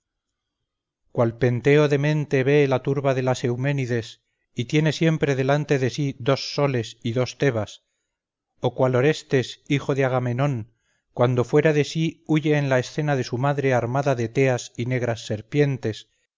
desierto cual penteo demente ve la turba de las euménides y tiene siempre delante de sí dos soles y dos tebas o cual orestes hijo de agamenón cuando fuera de sí huye en la escena de su madre armada de teas y negras serpientes